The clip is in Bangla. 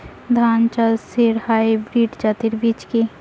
ধান চাষের হাইব্রিড জাতের বীজ কি?